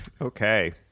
Okay